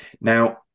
Now